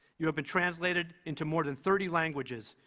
you have been translated into more than thirty languages.